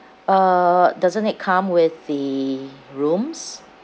uh doesn't it come with the rooms